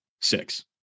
Six